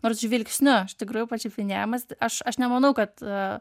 nors žvilgsniu iš tikrųjų pačiupinėjamas aš aš nemanau kad